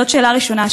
זאת שאלה ראשונה.